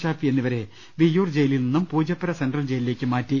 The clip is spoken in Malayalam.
ഷാഫി എന്നിവരെ വിയ്യൂർ ജയിലിൽ നിന്നും പൂജപ്പുര സെൻട്രൽ ജയിലിലേക്ക് മാറ്റി